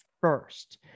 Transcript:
first